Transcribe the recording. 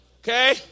okay